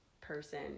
person